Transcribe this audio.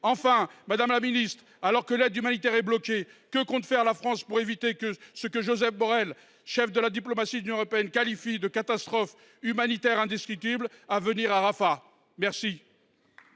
les armes ? Alors que l’aide humanitaire est bloquée, que compte faire la France pour éviter ce que Josep Borrell, chef de la diplomatie de l’Union européenne, qualifie de « catastrophe humanitaire indescriptible » à